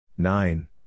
Nine